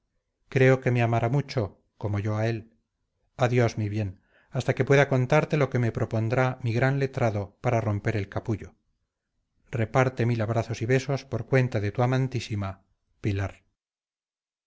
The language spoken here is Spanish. creo que me amará mucho como yo a él adiós mi bien hasta que pueda contarte lo que me propondrá mi gran letrado para romper el capullo reparte mil abrazos y besos por cuenta de tu amantísima pilar